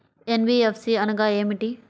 NBFC అనగా ఏమిటీ?